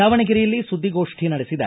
ದಾವಣಗೆರೆಯಲ್ಲಿ ಸುದ್ಗೋಷ್ಟಿ ನಡೆಸಿದ